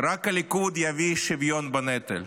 רק הליכוד יביא שוויון בנטל.